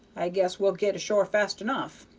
i guess we'll get ashore fast enough.